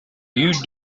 you